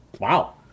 Wow